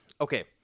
Okay